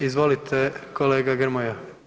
Izvolite kolega Grmoja.